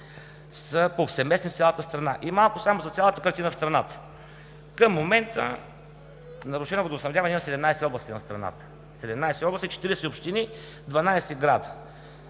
са повсеместни в цялата страна. И малко за цялата картина в страната. Към момента нарушено водоснабдяване има в 17 области на страната – 40 общини, 12 града.